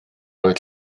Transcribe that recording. oedd